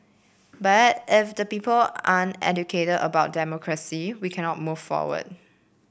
but if the people aren't educated about democracy we cannot move forward